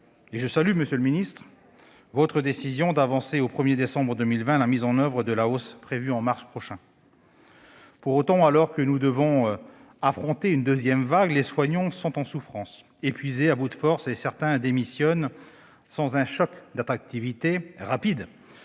je salue, monsieur le ministre, votre décision d'avancer au 1 décembre 2020 la mise en oeuvre de la hausse prévue en mars prochain. Pour autant, alors que nous devons affronter une deuxième vague, les soignants sont en souffrance, épuisés, à bout de forces, et certains démissionnent. Sans un « choc d'attractivité » rapide,